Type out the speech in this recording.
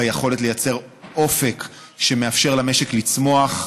ביכולת לייצר אופק שמאפשר למשק לצמוח.